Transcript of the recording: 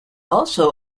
also